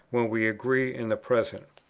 when we agree in the present.